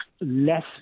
less